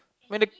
when the